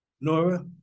Nora